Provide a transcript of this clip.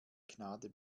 gnade